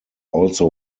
also